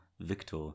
victor